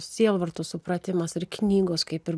sielvarto supratimas ir knygos kaip ir